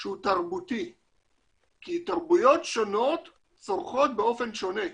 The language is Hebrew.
שהוא תרבותי כי תרבויות שונות צורכות באופן שונה.